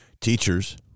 teachers